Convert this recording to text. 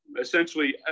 essentially